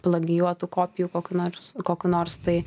plagijuotų kopijų kokių nors kokių nors tai